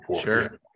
Sure